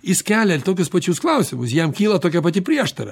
jis kelia tokius pačius klausimus jam kyla tokia pati prieštara